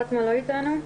פטמה אתנו?